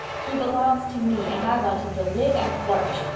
he belongs to me and i want him to live and flourish.